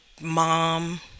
mom